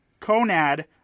Conad